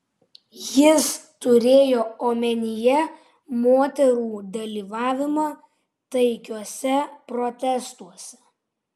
jis turėjo omenyje moterų dalyvavimą taikiuose protestuose